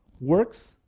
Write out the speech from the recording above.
Works